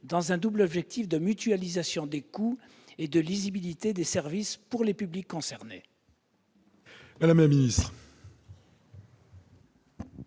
dans un double objectif de mutualisation des coûts et de lisibilité des services pour les publics concernés.